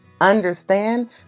Understand